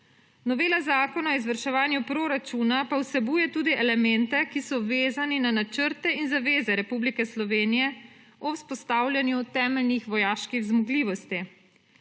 Novela zakona o izvrševanju proračuna pa vsebuje tudi elemente, ki so vezani na načrte in zaveze Republike Slovenije o vzpostavljanju temeljnih vojaških zmogljivosti.